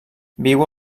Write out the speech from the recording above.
viu